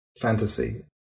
fantasy